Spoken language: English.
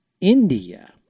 India